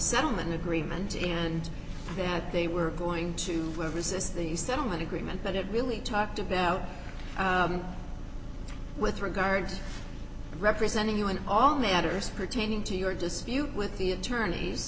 settlement agreement and that they were going to resist the settlement agreement that it really talked about with regard to representing you in all matters pertaining to your dispute with the attorneys